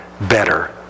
better